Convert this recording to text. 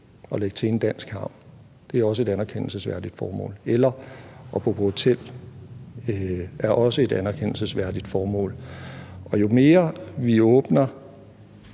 og lægge til i en dansk havn også er et anerkendelsesværdigt formål, eller at det at bo på hotel også er et anerkendelsesværdigt formål, og jo mere vi åbner,